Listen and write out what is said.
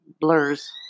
blurs